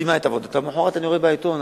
למחרת אני רואה בעיתון,